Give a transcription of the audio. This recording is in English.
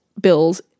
Bill's